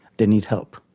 they need help.